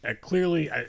clearly